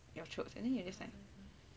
your throat you understand